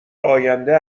آینده